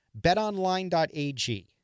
betonline.ag